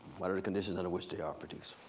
what are the conditions under which they are produced?